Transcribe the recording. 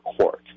court